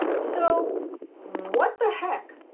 so what the heck,